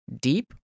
deep